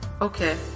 Okay